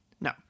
No